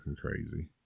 crazy